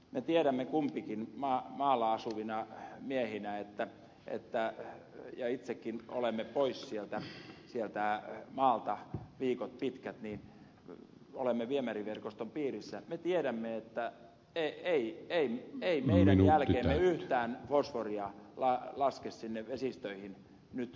me tiedämme kumpikin maalla asuvina miehinä ja itsekin olemme pois sieltä maalta viikot pitkät olemme viemäriverkoston piirissä että ei meidän jälkeemme yhtään fosforia laske sinne vesistöihin nyt tälläkään hetkellä